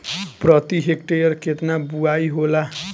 प्रति हेक्टेयर केतना बुआई होला?